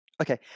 Okay